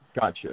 Gotcha